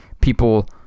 people